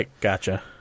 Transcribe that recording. Gotcha